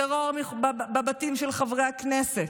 טרור בבתים של חברי הכנסת,